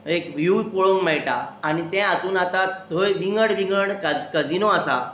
weave पळोवंक मेळटा आनी त्या हातून आतां थंय विंगड विंगड कजिनो आसा